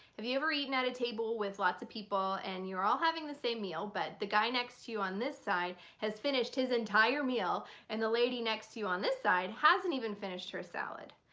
have you ever eaten at a table with lots of people and you're all having the same meal but the guy next to you on this side has finished his entire meal and the lady next to you on this side hasn't even finished her salad?